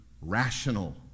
rational